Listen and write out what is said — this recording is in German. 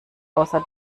außer